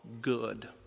good